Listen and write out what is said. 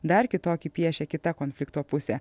dar kitokį piešė kita konflikto pusė